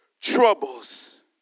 troubles